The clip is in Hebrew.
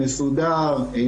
מסודר,